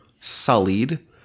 sullied